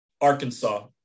Arkansas